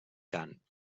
cant